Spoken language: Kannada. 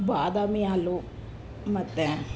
ಬಾದಾಮಿ ಹಾಲು ಮತ್ತೆ